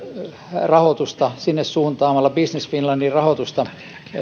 rahoitusta suuntaamalla suuntaamalla business finlandin rahoitusta